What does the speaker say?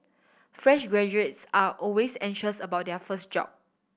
fresh graduates are always anxious about their first job